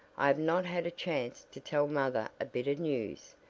i have not had a chance to tell mother a bit of news.